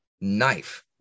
knife